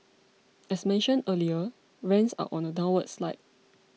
as mentioned earlier rents are on a downward slide